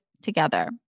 together